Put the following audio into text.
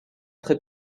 très